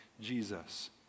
Jesus